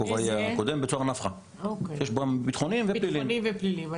שיש בו ביטחוניים ופליליים.